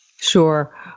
Sure